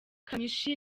kamichi